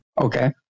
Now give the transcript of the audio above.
Okay